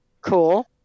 cool